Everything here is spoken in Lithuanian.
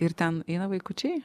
ir ten eina vaikučiai